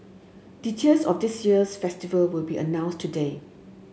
details of this year's festival will be announced today